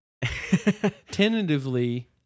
Tentatively